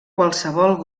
qualsevol